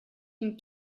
can